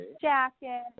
jacket